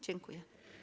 Dziękuję.